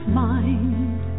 mind